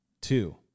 Two